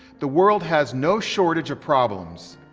the world has no shortage of problems,